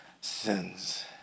sins